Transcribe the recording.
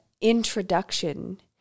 introduction